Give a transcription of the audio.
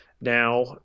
now